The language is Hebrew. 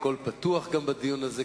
הכול פתוח בדיון הזה,